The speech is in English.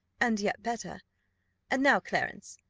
and yet better and now, clarence,